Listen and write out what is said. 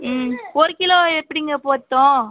ஒரு கிலோ எப்படிங்க பத்தும்